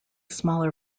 smaller